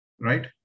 right